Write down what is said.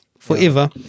Forever